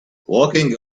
walking